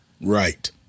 Right